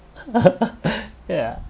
ya